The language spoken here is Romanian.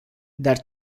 dar